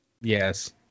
Yes